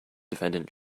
defendant